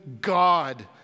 God